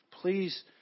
Please